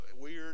weird